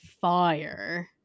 fire